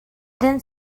then